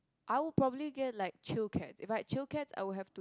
I would probably get like chill cat if I had chill cats I would have to